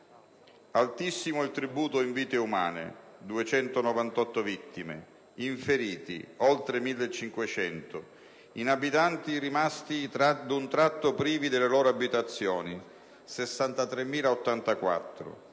Altissimo il tributo in vite umane (298 vittime), in feriti (oltre 1.500), in abitanti rimasti d'un tratto privi delle loro abitazioni (63.084).